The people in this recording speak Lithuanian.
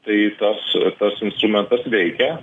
tai tas tas instrumentas veikia